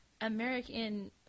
American